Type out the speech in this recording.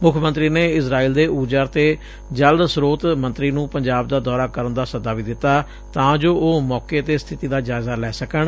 ਮੁੱਖ ਮੰਤਰੀ ਨੇ ਇਸਰਾਈਲ ਦੇ ਊਰਜਾ ਤੇ ਜਲ ਸਰੋਤ ਮੰਤਰੀ ਨੁੰ ਪੰਜਾਬ ਦਾ ਦੌਰਾ ਕਰਨ ਦਾ ਸੱਦਾ ਵੀ ਦਿੱਤਾ ਤਾਂ ਜੋ ਉਹ ਮੌਕੇ ਤੇ ਸਥਿਤੀ ਦਾ ਜਾਇਜ਼ਾ ਲੈ ਸਕਣ